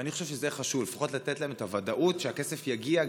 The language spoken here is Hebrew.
אני חושב שזה חשוב לפחות לתת להם את הוודאות שהכסף יגיע,